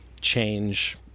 change